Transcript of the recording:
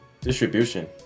distribution